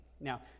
Now